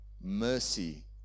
mercy